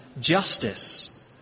justice